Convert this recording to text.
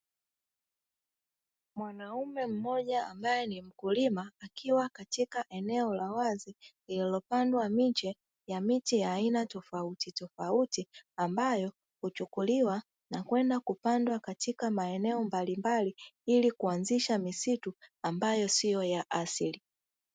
Mwanaume mmoja ambaye ni mkulima, akiwa katika eneo la wazi lililopandwa miche ya miti ya aina tofautitofauti; ambayo huchukuliwa na kwenda kupandwa katika maeneo mbalimbali ili kuanzisha misitu ambayo sio ya asili.